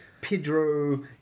pedro